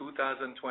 2020